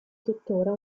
tuttora